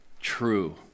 True